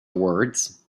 words